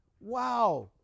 Wow